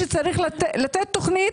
כשצריך לתת תוכנית,